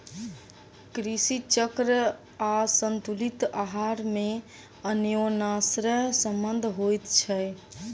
कृषि चक्र आसंतुलित आहार मे अन्योनाश्रय संबंध होइत छै